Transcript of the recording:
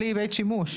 בלי בית שימוש.